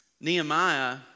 Nehemiah